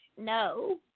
No